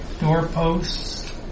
doorposts